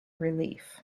relief